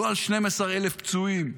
לא על 12,000 פצועים.